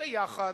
יחד,